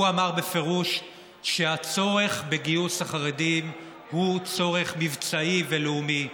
הוא אמר בפירוש שהצורך בגיוס החרדים הוא צורך מבצעי ולאומי,